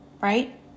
right